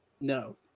No